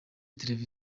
telefoni